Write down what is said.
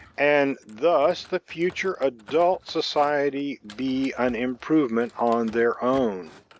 and thus the future adult society be an improvement on their own.